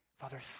Father